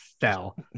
fell